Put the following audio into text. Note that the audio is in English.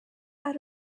out